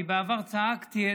אני בעבר צעקתי.